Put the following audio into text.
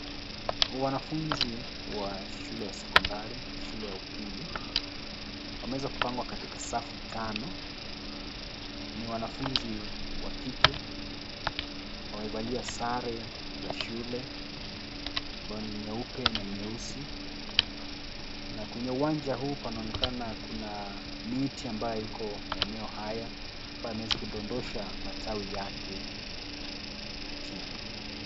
Wanafunzi wa shule ya sekondari{cs}, shule ya upili. Wameweza kupangwa katika safu tano. Ni wanafunzi wa kike. Wamevalia sare za shule, ambayo ni nyeupe na nyeusi, na kwenye uwanja huu panaonekana kuna miti ambayo iko maeneo haya, ambayo yameweza kudondosha matawi yake chini.